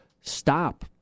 Stop